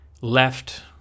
left